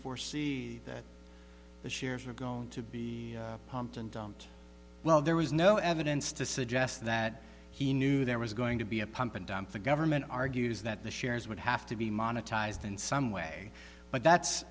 foresee that the shares were going to be pumped and dumped well there was no evidence to suggest that he knew there was going to be a pump and dump the government argues that the shares would have to be monetized in some way but that's